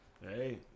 Hey